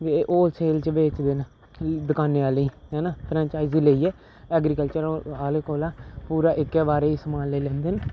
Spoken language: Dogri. होलसेल च बेचदे न दकाने आह्ले गी है ना फ्रैंचाइजी लेइयै ऐग्रीकल्चर आह्ले कोला पूरा इक्कै बारी सामान लेई लैंदे न